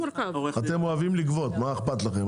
אתם אוהבים לגבות, מה אכפת לכם?